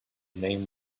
name